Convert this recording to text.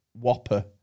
whopper